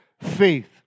faith